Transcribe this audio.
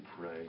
pray